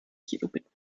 kilobit